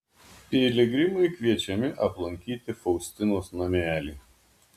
piligrimai kviečiami aplankyti faustinos namelį